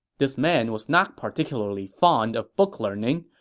this man was not particularly fond of book-learning.